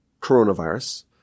coronavirus